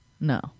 No